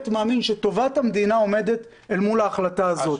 מאמין שטובת המדינה עומדת אל מול החלטה הזאת.